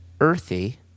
Earthy